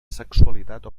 sexualitat